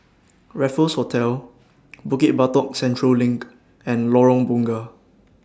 Raffles Hotel Bukit Batok Central LINK and Lorong Bunga